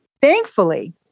thankfully